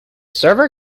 server